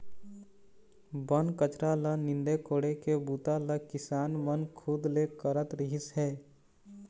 बन कचरा ल नींदे कोड़े के बूता ल किसान मन खुद ले करत रिहिस हे